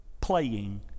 playing